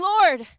Lord